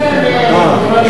זה "מן זמאן אל-אורדון".